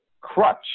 crutch